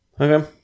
Okay